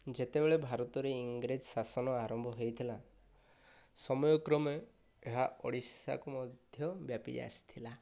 ଯେତେବେଳେ ଭାରତରେ ଇଂରେଜ ଶାସନ ଆରମ୍ଭ ହୋଇଥିଲା ସମୟ କ୍ରମେ ଏହା ଓଡ଼ିଶା କୁ ମଧ୍ୟ ବ୍ୟାପି ଆସିଥିଲା